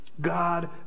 God